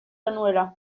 genuela